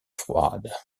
froide